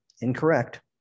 Incorrect